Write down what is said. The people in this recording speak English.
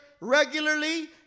regularly